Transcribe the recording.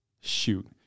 Shoot